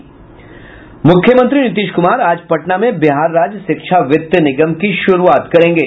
मुख्यमंत्री नीतीश कुमार आज पटना में बिहार राज्य शिक्षा वित्त निगम की शुरूआत करेंगे